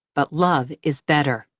but love is better.